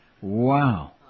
Wow